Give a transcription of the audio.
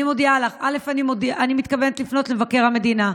אני מודיעה לך שאני מתכוונת לפנות למבקר המדינה.